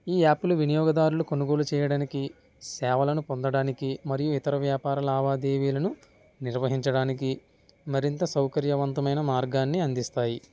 ఈ యాప్లు వినియోగదారులు కొనుగోలు చేయడానికి సేవలను పొందడానికి మరియు ఇతర వ్యాపార లావాదేవీలను నిర్వహించడానికి మరింత సౌకర్యవంతమైన మార్గాన్ని అందిస్తాయి